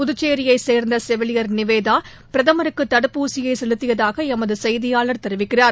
புதுச்சேியைச் சேர்ந்தசெவிலியர் நிவேதாபிரதமருக்குதடுப்பூசியைசெலுத்தியதாகளமதுசெய்தியாளர் தெரிவிக்கிறார்